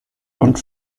und